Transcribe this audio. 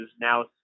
now